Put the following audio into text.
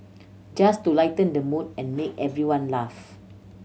just to lighten the mood and make everyone laugh